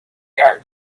her